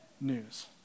news